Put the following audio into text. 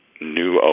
new